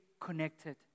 connected